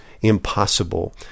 impossible